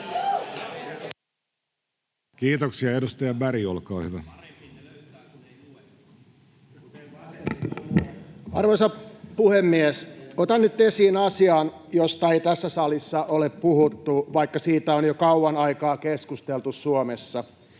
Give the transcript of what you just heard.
Time: 10:33 Content: Arvoisa puhemies! Otan nyt esiin asian, josta ei tässä salissa ole puhuttu, vaikka siitä on jo kauan aikaa keskusteltu Suomessa.